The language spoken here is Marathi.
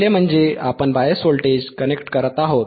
पहिले म्हणजे आपण बायस व्होल्टेज कनेक्ट करत आहोत